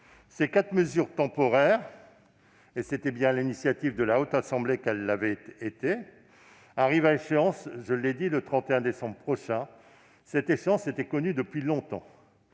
Ces quatre mesures temporaires- et c'est bien sur l'initiative de la Haute Assemblée qu'elles ont ce caractère -arrivent à échéance le 31 décembre prochain. Cette échéance était connue depuis longtemps.